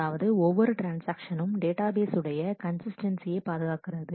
அதாவது ஒவ்வொரு ட்ரான்ஸ்ஆக்ஷனும் டேட்டா பேஸ் உடைய கன்சிஸ்டன்ஸியைப் பாதுகாக்கிறது